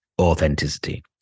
authenticity